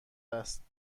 است